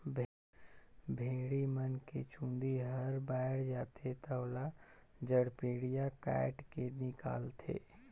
भेड़ी मन के चूंदी हर बायड जाथे त ओला जड़पेडिया कायट के निकालथे